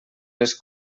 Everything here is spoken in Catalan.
les